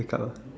wake up